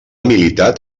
militat